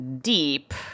deep